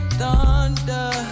thunder